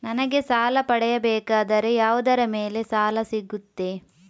ನನಗೆ ಸಾಲ ಪಡೆಯಬೇಕಾದರೆ ಯಾವುದರ ಮೇಲೆ ಸಾಲ ಸಿಗುತ್ತೆ?